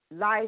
life